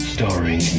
Starring